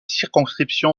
circonscription